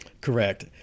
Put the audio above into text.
Correct